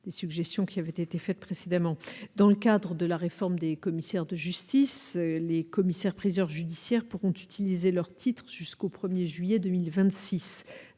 des suggestions qui avait été fait précédemment dans le cadre de la réforme des commissaires de justice, les commissaires-priseurs judiciaires pourront utiliser leurs titres jusqu'au 1er juillet 2026